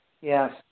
Yes